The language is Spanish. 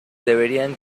debían